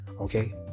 okay